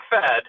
fed